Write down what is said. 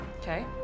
Okay